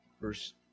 verse